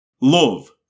Love